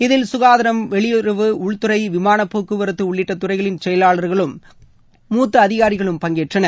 இதில் சுகாதாரம் வெளியறவு உள்துறை விமான போக்குவரத்து உள்ளிட்ட துறைகளின் செயலாளர்களும் மூத்த அதிகாரிகளும் பங்கேற்றனர்